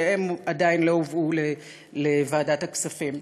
שהם עדיין לא הועברו לוועדת הכספים.